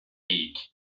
geek